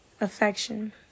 affection